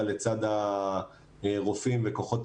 זה המורה.